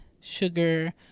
sugar